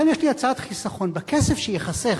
לכן יש לי הצעת חיסכון: בכסף שייחסך,